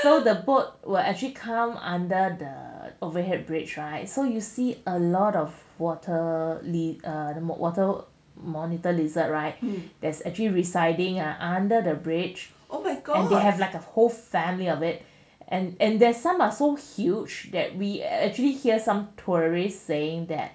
so the boat will actually come under the overhead bridge right so you see a lot of water lizard the water monitor lizard right there's actually residing under the bridge oh my god and they have like a whole family of it and and there's some are so huge that we actually hear some tourists saying that